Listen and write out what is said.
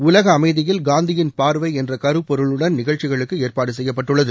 உலக அமைதியில் காந்தியின் பார்வை என்ற கருப்பொருளுடன் நிகழ்ச்சிகளுக்கு ஏற்பாடு செய்யப்பட்டுள்ளது